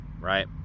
right